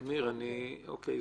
אמיר, הבנו.